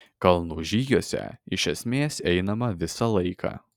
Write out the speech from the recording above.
kalnų žygiuose iš esmės einama visą laiką